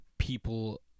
people